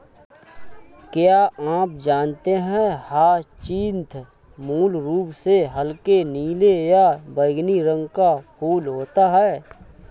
क्या आप जानते है ह्यचीन्थ मूल रूप से हल्के नीले या बैंगनी रंग का फूल होता है